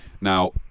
Now